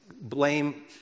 blame